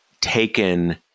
taken